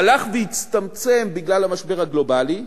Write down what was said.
הלך והצטמצם בגלל המשבר הגלובלי,